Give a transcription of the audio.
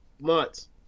months